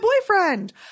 boyfriend